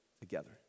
together